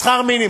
שכר מינימום.